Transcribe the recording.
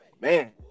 man